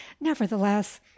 nevertheless